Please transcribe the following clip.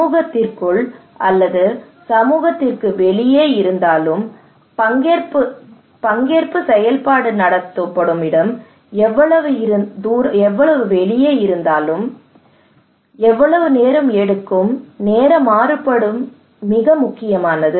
சமூகத்திற்குள் அல்லது சமூகத்திற்கு வெளியே இருந்தாலும் பங்கேற்பு செயல்பாடு நடத்தப்படும் இடம் எவ்வளவு நேரம் எடுக்கும் நேர மாறுபாடும் மிக முக்கியமானது